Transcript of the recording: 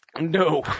No